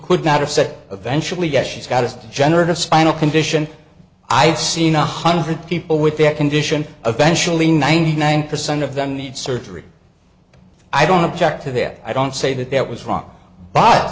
could not have said eventually yes she's got to generate a spinal condition i've seen a hundred people with their condition especially ninety nine percent of them need surgery i don't object to him i don't say that that was wrong b